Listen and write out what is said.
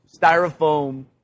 styrofoam